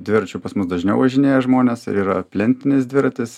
dviračiu pas mus dažniau važinėja žmonės ir yra plentinis dviratis